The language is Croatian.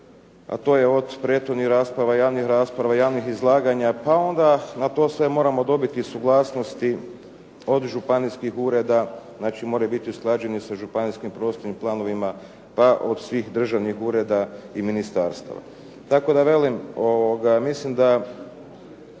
a to je od prethodnih rasprava, javnih rasprava, javnih izlaganja, pa onda na to sve moramo dobiti i suglasnosti od županijskih ureda. Znači, moraju biti usklađeni sa županijskim prostornim planovima, pa od svih državnih ureda i ministarstava. Tako da velim mislim da